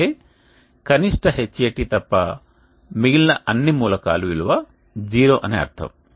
అంటే కనిష్ట Hat తప్ప మిగిలిన అన్ని మూలకాల విలువ జీరో అని అర్థం